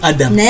Adam